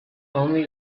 only